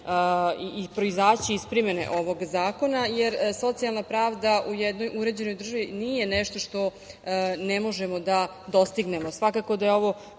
i proizaći iz primene ovog zakona jer socijalna pravda u jednoj uređenoj državni nije nešto što ne možemo da dostignemo. Svakako da je ovo